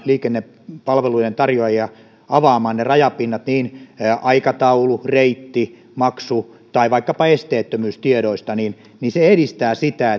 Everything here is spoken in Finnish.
liikennepalvelujen tarjoajia velvoitetaan avaamaan rajapinnat niin aikataulu reitti maksu kuin vaikkapa esteettömyystiedoista niin niin se edistää sitä